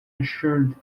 assured